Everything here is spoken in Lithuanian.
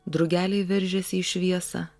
drugeliai veržiasi į šviesą